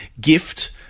gift